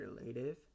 relative